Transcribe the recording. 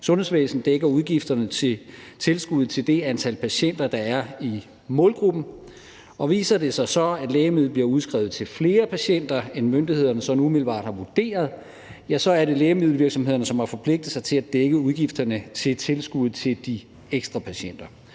sundhedsvæsen dækker udgifterne til tilskud til det antal patienter, der er i målgruppen, og viser det sig så, at lægemidlet bliver udskrevet til flere patienter, end myndighederne sådan umiddelbart har vurderet, ja, så er det lægemiddelvirksomhederne, som har forpligtet sig til at dække udgifterne til tilskud til de ekstra patienter.